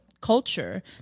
culture